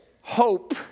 Hope